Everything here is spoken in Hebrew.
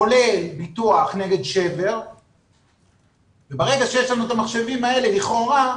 כולל ביטוח נגד שבר וברגע שיש לנו את המחשבים האלה לכאורה,